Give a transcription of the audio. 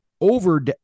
over